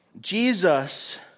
Jesus